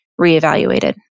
reevaluated